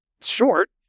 short